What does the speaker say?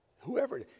Whoever